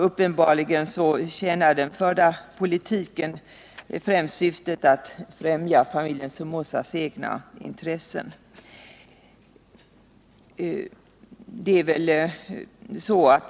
Uppenbarligen tjänar den förda politiken främst syftet att främja familjen Somozas egna intressen.